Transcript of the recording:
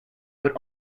but